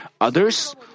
Others